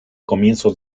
comienzos